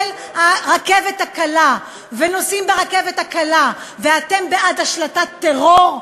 הרכבת הקלה ונוסעים ברכבת קלה ואתם בעד השלטת טרור?